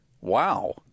wow